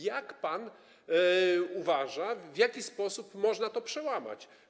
Jak pan uważa, w jaki sposób można to przełamać?